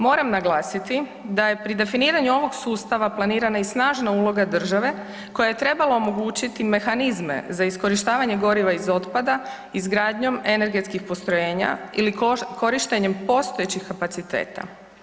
Moram naglasiti da je pri definiranju ovog sustava planirana i snažna uloga države koja je trebala omogućiti mehanizme za iskorištavanje goriva iz otpada izgradnjom energetskih postrojenja ili korištenjem postojećih kapaciteta.